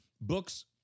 books